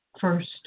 first